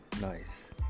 nice